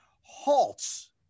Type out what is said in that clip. halts